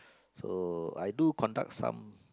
so I do conduct some